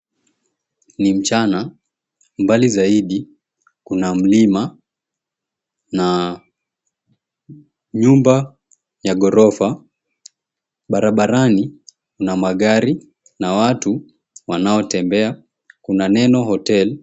Ni mchana, mbali zaidi kuna mlima na nyumba ya ghorofa. Barabarani kuna magari na watu wanaotembea kuna neno, Hotel.